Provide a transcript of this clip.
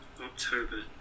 October